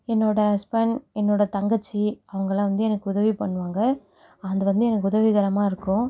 என்னோடய ஹஸ்பண்ட் என்னோடய தங்கச்சி அவங்களாம் வந்து எனக்கு உதவி பண்ணுவாங்க அது வந்து எனக்கு உதவிகரமாக இருக்கும்